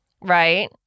right